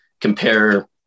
compare